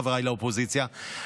חבריי באופוזיציה,